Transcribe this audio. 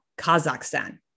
Kazakhstan